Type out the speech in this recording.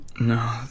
No